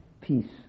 peace